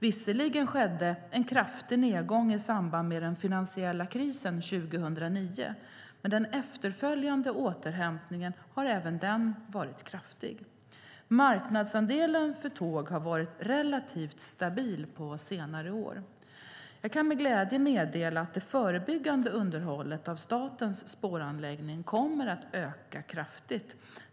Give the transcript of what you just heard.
Visserligen skedde en kraftig nedgång i samband med den finansiella krisen 2009, men den efterföljande återhämtningen har även den varit kraftig. Marknadsandelen för tåg har varit relativt stabil på senare år. Jag kan med glädje meddela att det förebyggande underhållet av statens spåranläggning kommer att öka kraftigt.